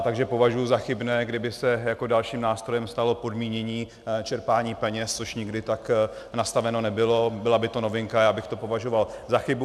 Takže považuji za chybné, kdyby se dalším nástrojem stalo podmínění čerpání peněz, což nikdy tak nastaveno nebylo, byla by to novinka, já bych to považoval za chybu.